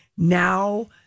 Now